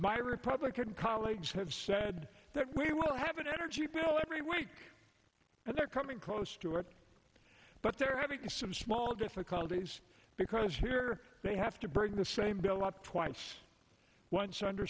my republican colleagues have said that we will have an energy bill every week and they're coming close to it but they're having some small difficulties because here they have to bring the same bill up twice once under